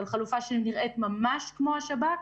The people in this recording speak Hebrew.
על חלופה שנראית ממש כמו השב"כ,